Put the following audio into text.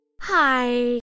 hi